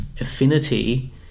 affinity